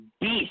beast